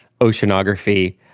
oceanography